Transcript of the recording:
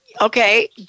Okay